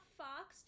fox